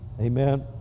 Amen